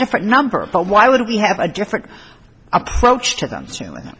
different number but why would we have a different approach to them soon